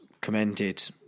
commended